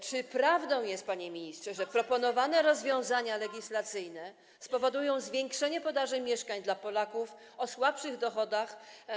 Czy prawdą jest, panie ministrze, że proponowane rozwiązania legislacyjne spowodują zwiększenie podaży mieszkań dla Polaków o słabszych dochodach.